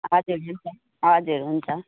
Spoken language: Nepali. हजुर हजुर हुन्छ